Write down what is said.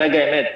ברגע האמת,